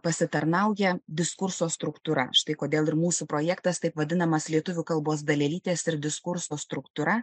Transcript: pasitarnauja diskurso struktūra štai kodėl ir mūsų projektas taip vadinamas lietuvių kalbos dalelytės ir diskurso struktūra